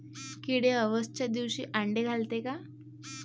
किडे अवसच्या दिवशी आंडे घालते का?